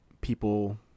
people